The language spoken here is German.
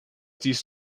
dies